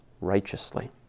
righteously